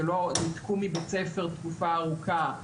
שניתקו מבית ספר תקופה ארוכה,